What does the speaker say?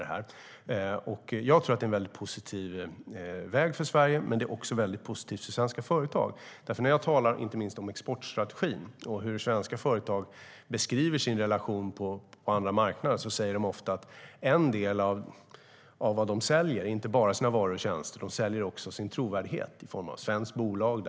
Det är en positiv väg för Sverige, men det är också positivt för svenska företag. När jag talar om exportstrategi och när svenska företag beskriver sin relation på andra marknader säger vi ofta att de inte bara säljer sina varor och tjänster utan också sin trovärdighet i form av ett svenskt bolag.